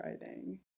writing